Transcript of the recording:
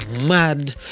mad